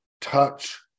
touch